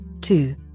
two